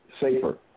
safer